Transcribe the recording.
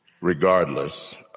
Regardless